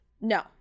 No